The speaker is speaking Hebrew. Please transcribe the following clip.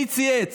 מי צייץ?